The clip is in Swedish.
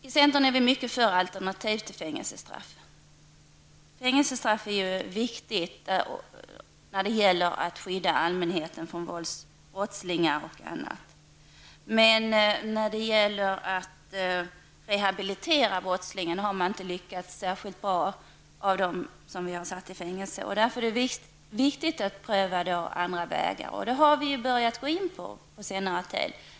I centern är vi mycket för alternativ till fängelsestraff. Fängelsestraff är ju viktigt när det gäller att skydda allmänheten för bl.a. våldsbrottslingar och annat men när det gäller att rehabilitera brottslingar har man inte lyckats särskilt bra med dem som har satts i fängelse. Därför är det viktigt att pröva andra vägar. Det har vi börjat med under senare år.